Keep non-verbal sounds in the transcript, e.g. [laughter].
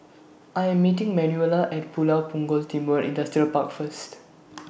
I Am meeting Manuela At Pulau Punggol's Timor Industrial Park First [noise]